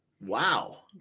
Wow